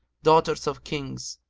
daughters of kings,